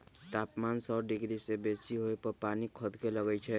तापमान सौ डिग्री से बेशी होय पर पानी खदके लगइ छै